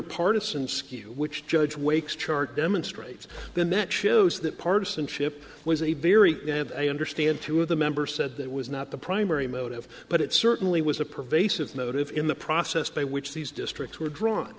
further partisan skew which judge wakes chart demonstrates then that shows that partisanship was a very and i understand two of the members said that was not the primary motive but it certainly was a pervasive motive in the process by which these districts were drawn